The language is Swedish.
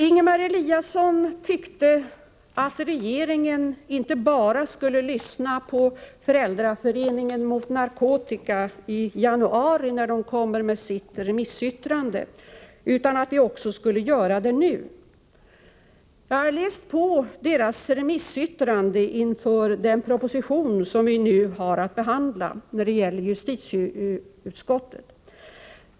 Ingemar Eliasson tyckte att regeringen inte bara skulle lyssna på Föräldraföreningen mot narkotika i januari, när den kommer med sitt remissyttrande, utan också nu. Jag har läst på remissyttrandet inför den proposition som vi nu har att behandla och som beretts av justitieutskottet.